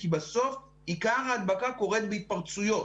כי בסוף עיקר ההדבקה קורית בהתפרצויות.